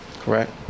correct